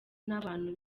n’abantu